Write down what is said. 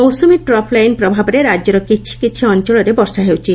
ମୌସୁମୀ trough line ପ୍ରଭାବରେ ରାଜ୍ୟର କିଛି କିଛି ଅଞ୍ଞଳରେ ବର୍ଷା ହେଉଛି